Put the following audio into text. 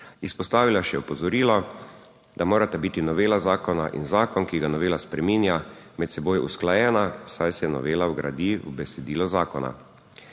Izpostavila je še opozorilo, da morata biti novela zakona in zakon, ki ga novela spreminja, med seboj usklajena, saj se novela vgradi v besedilo zakona.